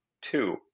Two